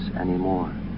anymore